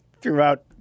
throughout